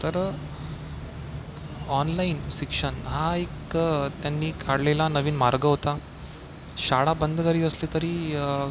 तर ऑनलाईन शिक्षण हा एक त्यांनी काढलेला नवीन मार्ग होता शाळा बंद झाली असली तरी